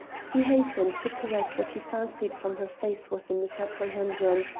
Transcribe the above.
he hastened to correct what he fancied from her face was a misapprehension.